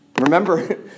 Remember